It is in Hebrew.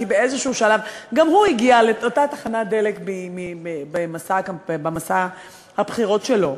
כי באיזה שלב גם הוא הגיע לאותה תחנת דלק במסע הבחירות שלו,